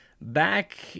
Back